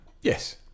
Yes